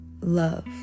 love